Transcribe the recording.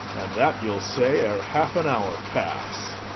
and that you'll say ere half an hour pass.